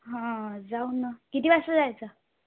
हं जाऊ ना किती वाजता जायचं